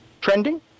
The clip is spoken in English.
trending